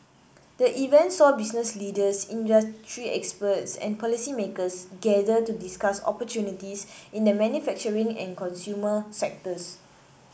the event saw business leaders industry experts and policymakers gather to discuss opportunities in the manufacturing and consumer sectors